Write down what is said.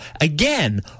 Again